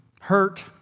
hurt